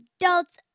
adults